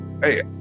Hey